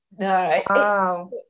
no